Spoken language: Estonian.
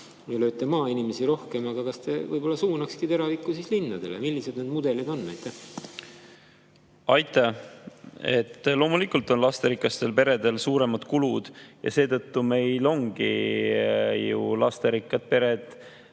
lööte maainimesi rohkem, aga kas te võib-olla suunaksite teraviku linnadele? Millised need mudelid on? Aitäh! Loomulikult on lasterikastel peredel suuremad kulud ja seetõttu me ju kohtlemegi lasterikkaid peresid